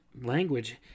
language